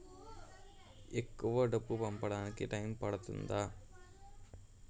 ఎక్కువ డబ్బు పంపడానికి టైం పడుతుందా?